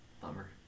Bummer